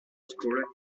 school